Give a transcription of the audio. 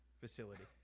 facility